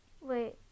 wait